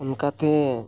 ᱚᱱᱠᱟᱛᱮ